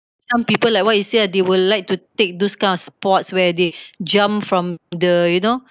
some people like what you say ah they will like to take those kind of sports where they jump from the you know